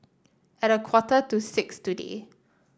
at a quarter to six today